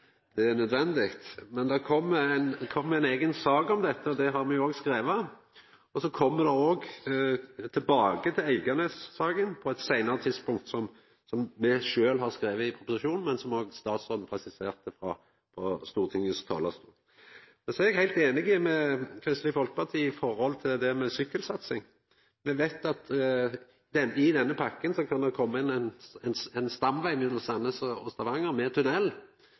det er nødvendig. Men det kjem ei eiga sak om dette, og det har me òg skrive, og så kjem ein òg tilbake til Eiganes-saka på eit seinare tidspunkt, som me sjølve har skrive i innstillinga, men som òg statsråden presiserte frå Stortingets talarstol. Så er eg heilt einig med Kristeleg Folkeparti når det gjeld sykkelsatsing. Me veit at i denne pakken kan det koma ein stamveg mellom Sandnes og Stavanger med